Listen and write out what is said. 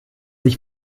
sich